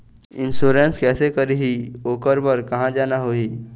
Insurance कैसे करही, ओकर बर कहा जाना होही?